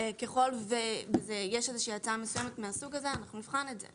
וככל ויש הצעה מסוימת מהסוג הזה, נבחן את זה.